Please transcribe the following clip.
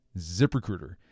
ZipRecruiter